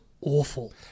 awful